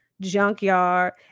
junkyard